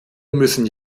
müssen